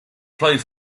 played